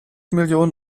millionen